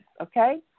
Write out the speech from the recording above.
Okay